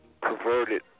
perverted